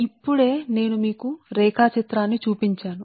ఇప్పుడే నేను మీకు రేఖాచిత్రాన్ని చూపించాను